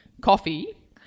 coffee